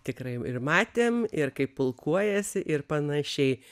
tikrai ir matėm ir kaip pulkuojasi ir panašiai